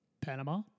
Panama